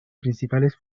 principales